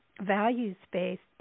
values-based